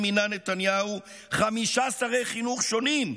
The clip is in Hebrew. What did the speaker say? שבהן מינה נתניהו חמישה שרי חינוך שונים,